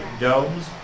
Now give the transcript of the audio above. domes